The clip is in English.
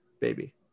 baby